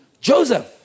Joseph